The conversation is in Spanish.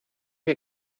que